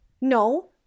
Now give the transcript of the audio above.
no